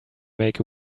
make